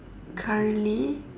currently